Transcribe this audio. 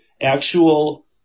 actual